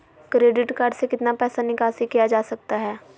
Credit card से कितना पैसा निकासी किया जा सकता है?